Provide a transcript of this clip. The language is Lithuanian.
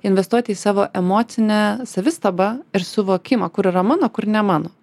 investuoti į savo emocinę savistabą ir suvokimą kur yra mano kur ne mano